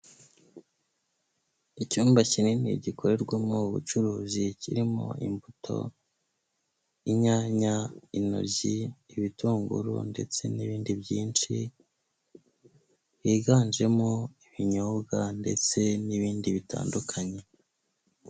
Icyumba kinini gikorerwamo ubucuruzi, kirimo imbuto, inyanya, intoryi, ibitunguru ndetse n'ibindi byinshi, higanjemo ibinyobwa ndetse n'ibindi bitandukanye.